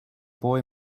boy